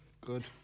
Good